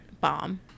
bomb